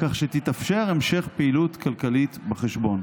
כך שתתאפשר המשך פעילות כלכלית בחשבון.